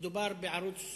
מדובר בערוץ